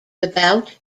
about